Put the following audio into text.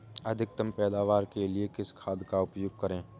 अधिकतम पैदावार के लिए किस खाद का उपयोग करें?